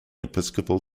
episcopal